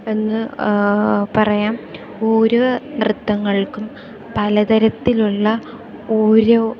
എന്ന് പറയാം ഓരോ നൃത്തങ്ങൾക്കും പലതരത്തിലുള്ള ഓരോ